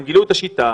הם גילו את השיטה,